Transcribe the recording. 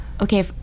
Okay